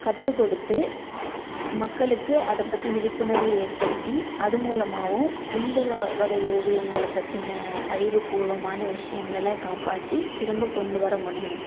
கற்றுக் கொடுத்து மக்களுக்கு அதை பற்றி விழிப்புணர்வு ஏற்படுத்தி அது மூலமாகவும் இந்த வ வகை ஓவியங்களை பற்றின அறிவுப்பூர்வமான விஷியங்களை காப்பாற்றி திரும்ப கொண்டு வர முடியும்